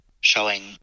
showing